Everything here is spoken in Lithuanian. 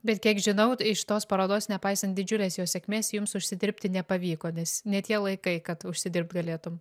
bet kiek žinau iš tos parodos nepaisant didžiulės jos sėkmės jums užsidirbti nepavyko nes ne tie laikai kad užsidirbt galėtum